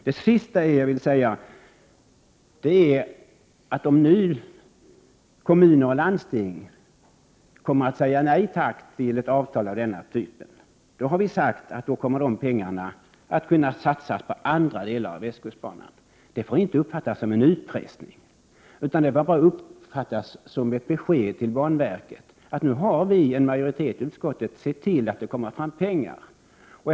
Det sista jag vill säga är, att om kommuner och landsting kommer att säga nej tack till ett avtal av denna typ, har vi menat att de pengarna kommer att kunna satsas på andra delar av västkustbanan. Det får inte uppfattas som utpressning, utan det bör uppfattas som ett besked till banverket att en majoritet i utskottet nu har sett till att pengar kommer fram.